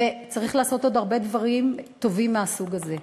וצריך לעשות עוד הרבה דברים טובים מהסוג הזה.